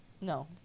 No